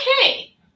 okay